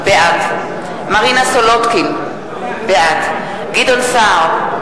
בעד מרינה סולודקין, בעד גדעון סער,